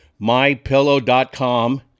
mypillow.com